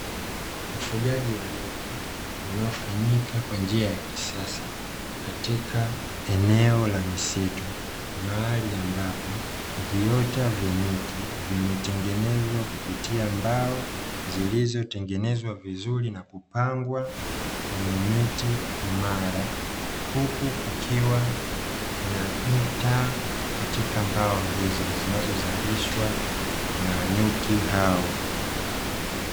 Ufugaji wa nyuki unao fanyika kwa njia ya kisasa katika eneo la misitu mahali ambapo viota vya nyuki vimetengenezwa kupitia mbao zilizotengenezwa vizuri na kupangwa kwenye miti imara. Huku kukiwa na nta katika mbao hizo zinazozalishwa na nyuki hao.